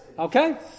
Okay